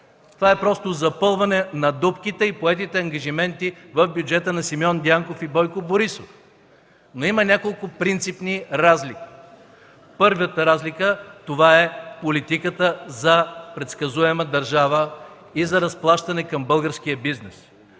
Това е просто запълване на дупките и поетите ангажименти в бюджета на Симеон Дянков и Бойко Борисов. Но има няколко принципни разлики. Първата разлика това е политиката за предсказуема държава и за разплащане към българския бизнес.